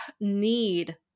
need